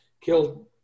killed –